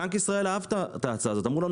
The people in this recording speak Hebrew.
בנק ישראל אהב את ההצעה הזאת אבל אמרו: